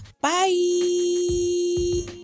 Bye